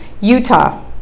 Utah